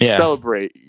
celebrate